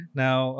now